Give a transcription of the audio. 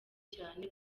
cyane